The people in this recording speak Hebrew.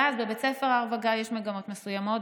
ואז בבית ספר הר וגיא יש מגמות מסוימות,